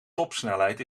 topsnelheid